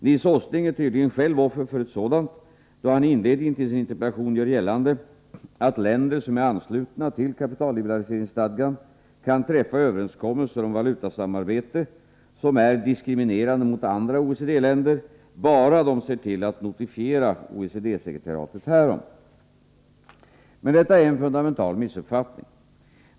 Nils Åsling är tydligen själv offer för ett sådant, då han i inledningen till sin interpellation gör gällande att länder som är anslutna till kapitalliberaliseringsstadgan kan träffa överenskommelser om valutasamarbete som är diskriminerande mot andra OECD-länder, bara de ser till att notifiera OECD-sekretariatet härom. Men detta är en fundamental missuppfattning.